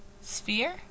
Sphere